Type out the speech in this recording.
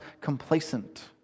complacent